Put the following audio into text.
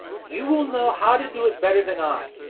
you will know how to do it better than i!